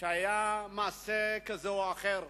שהיה מעשה כזה או אחר,